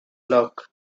luck